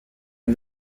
him